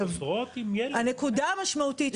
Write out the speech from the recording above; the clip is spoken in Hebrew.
הנקודה המשמעותית כאן,